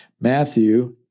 Matthew